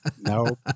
no